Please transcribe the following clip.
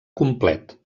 complet